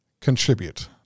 contribute